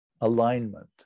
alignment